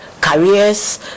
careers